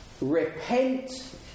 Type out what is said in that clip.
Repent